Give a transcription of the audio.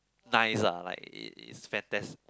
nice ah like it it's fantas~